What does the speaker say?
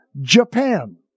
Japan